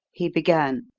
he began,